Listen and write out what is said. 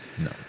No